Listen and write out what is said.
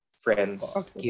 friends